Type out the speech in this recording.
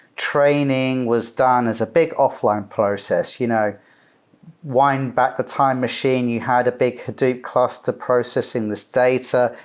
training was done as a big offline process. you know wind back the time machine, you had a big hadoop cluster processing this data,